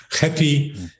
happy